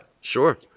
sure